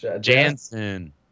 Jansen